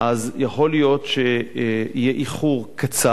אז יכול להיות שיהיה איחור קצר.